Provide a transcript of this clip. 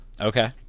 Okay